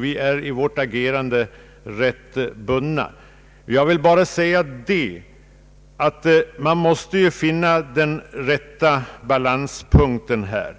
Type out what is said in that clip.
Vi är därför i vårt agerande ganska bundna. Jag vill bara säga att vi måste finna den rätta avvägningen i detta avseende.